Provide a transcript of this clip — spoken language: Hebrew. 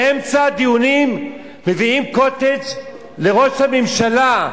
באמצע הדיונים מביאים "קוטג'" לראש הממשלה?